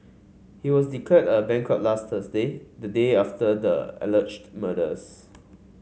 he was declared a bankrupt last Thursday the day after the alleged murders